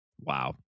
Wow